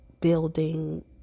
building